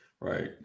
right